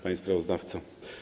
Panie Sprawozdawco!